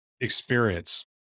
experience